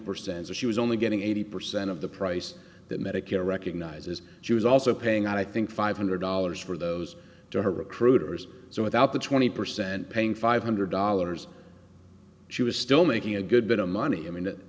percent so she was only getting eighty percent of the price that medicare recognizes jews also paying i think five hundred dollars for those to her recruiters so without the twenty percent paying five hundred dollars she was still making a good bit of money i mean that